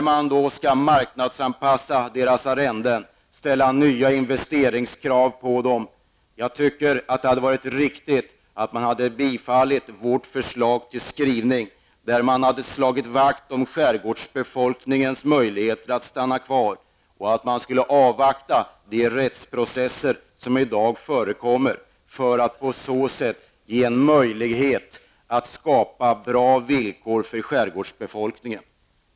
Man marknadsanpassar deras arrenden och ställer nya investeringskrav på dem. Det hade varit riktigare att biträda vårt förslag till skrivning och därmed slagit vakt om skärgårdsbefolkningens möjligheter att stanna kvar. Man borde ha avvaktat de rättsprocesser som i dag äger rum för att på så sätt kunna ge skärgårdsbefolkningen bättre villkor.